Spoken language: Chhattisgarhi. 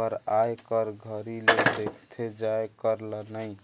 बर आए कर घरी ले देखथे जाये कर ल नइ